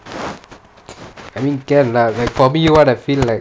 I mean get lah like for me what I feel like